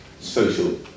social